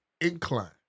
incline